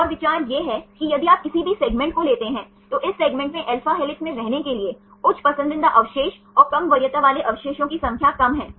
और विचार यह है कि यदि आप किसी भी सेगमेंट को लेते हैं तो इस सेगमेंट में alpha हेलिक्स में रहने के लिए उच्च पसंदीदा अवशेष और कम वरीयता वाले अवशेषों की संख्या कम है